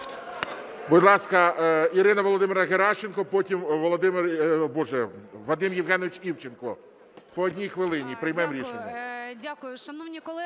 Будь ласка, Ірина Володимирівна Геращенко, потім Вадим Євгенович Івченко, по 1 одній хвилині, і приймемо рішення.